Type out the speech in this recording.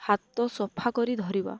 ହାତ ସଫା କରି ଧରିବା